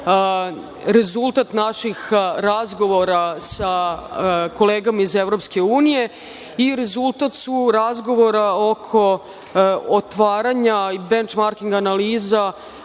rezultat naših razgovora sa kolegama iz EU i rezultat su razgovora oko otvaranja benchmarking analiza,